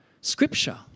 Scripture